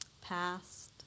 past